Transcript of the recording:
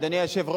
מאה אחוז.